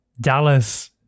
Dallas